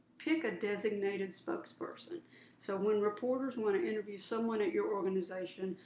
pick a designated spokesperson so when reporters want to interview someone at your organization,